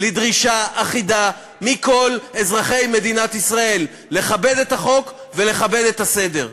לדרישה אחידה מכל אזרחי מדינת ישראל לכבד את החוק ולכבד את הסדר.